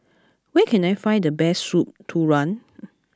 where can I find the best soup Tulang